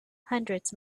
hundreds